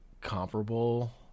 comparable